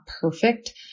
perfect